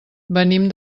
venim